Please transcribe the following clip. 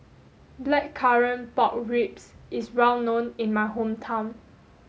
Blackcurrant Pork Ribs is well known in my hometown